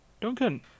Duncan